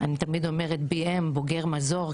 אני תמיד אומרת BM בוגר מזור,